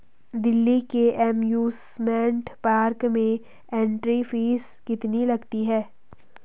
दिल्ली के amusement park में entry fees कितनी लगती है?